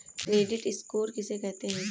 Credit score किसे कहते हैं?